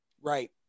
Right